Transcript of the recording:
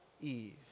Eve